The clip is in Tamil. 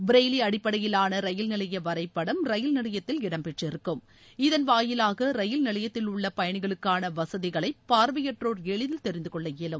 பிரையிலி அடிப்படையிலான ரயில்நிலைய வரைப்படம் ரயில் நிலையத்தில் இடம்பெற்றிருக்கும் இதன் வாயிவாக ரயில் நிலையத்திலுள்ள பயணிகளுக்கான வசதிகளை பார்வையாற்றோர் எளிதில் தெரிந்தகொள்ள இயலும்